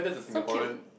so cute